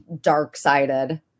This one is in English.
dark-sided